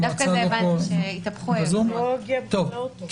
הבנתי שהתהפכו היוצרות.